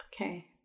Okay